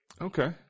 Okay